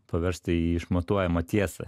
paverst į išmatuojamą tiesą